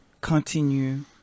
continue